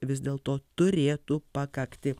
vis dėlto turėtų pakakti